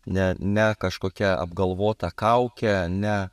ne ne kažkokia apgalvota kaukė ne